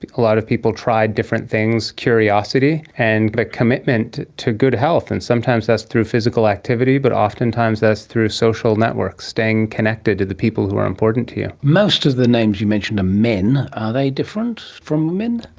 a lot of people tried different things. curiosity. and but a commitment to good health, and sometimes that's through physical activity but oftentimes that's through social networks, staying connected to the people who are important to you. most of the names you mentioned are men. are they different from women?